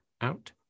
out